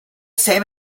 same